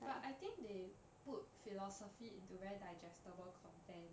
but I think they put philosophy into very digestible content